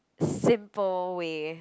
simple way